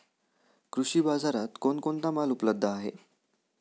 कृषी बाजारात कोण कोणता माल उपलब्ध आहे?